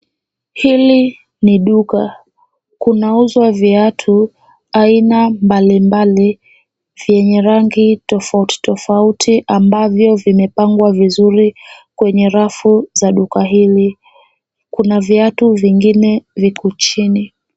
Hili ni duka. Kunauzwa viatu aina mbalimbali vyenye rangi tofauti tofauti ambavyo vimepangwa vizuri kwenye rafu za duka hili. Kuna vaitu vingine viko chini.